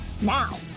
Now